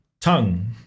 tongue